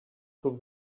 far